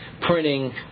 Printing